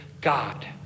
God